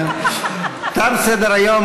תם סדר-היום.